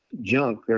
junk